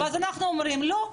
ואז אנחנו אומרים: לא,